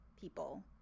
people